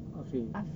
affif